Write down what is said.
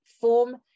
form